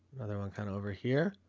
another one kind of over here.